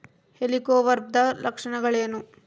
ಹೆಲಿಕೋವರ್ಪದ ಲಕ್ಷಣಗಳೇನು?